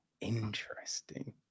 Interesting